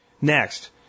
Next